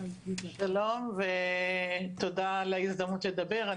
שלום ותודה על ההזדמנות לדבר.